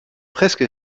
presque